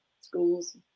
schools